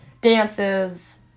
dances